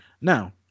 Now